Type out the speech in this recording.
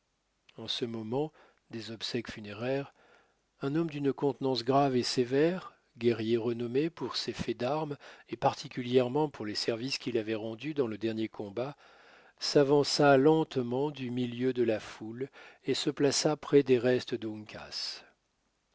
en ce moment des obsèques funéraires un homme d'une contenance grave et sévère guerrier renommé pour ses faits d'armes et particulièrement pour les services qu'il avait rendus dans le dernier combat s'avança lentement du milieu de la foule et se plaça près des restes d'uncas